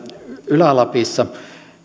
ylä lapissa